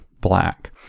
black